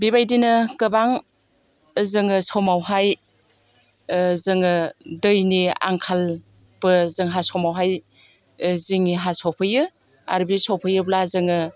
बेबायदिनो गोबां जोङो समावहाय जोङो दैनि आंखाल जोंहा समावहाय जोंनिहाय सफैयो आरो बि सफैयोब्ला जोङो